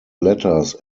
letters